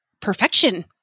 perfection